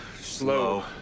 slow